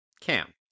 Cam